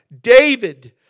David